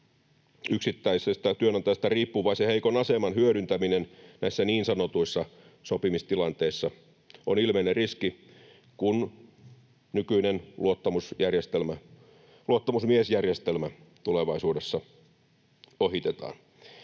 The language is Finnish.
yksittäisestä työnantajasta riippuvaisen heikon aseman hyödyntäminen näissä niin sanotuissa sopimistilanteissa on ilmeinen riski, kun nykyinen luottamusmiesjärjestelmä tulevaisuudessa ohitetaan.